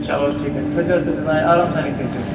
چلو ٹھیٖک حظ کھٔتۍ زیٚو تیٚلہِ نا آرام سانٕے کھٔتۍ زیٚو